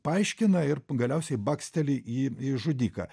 paaiškina ir galiausiai baksteli į į žudiką